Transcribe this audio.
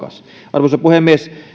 arvoisa puhemies